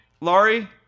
Laurie